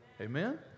Amen